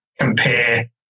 compare